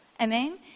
amen